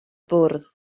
bwrdd